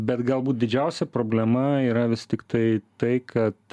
bet galbūt didžiausia problema yra vis tiktai tai kad